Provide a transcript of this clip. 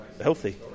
healthy